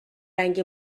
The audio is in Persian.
رنگ